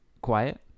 quiet